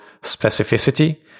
specificity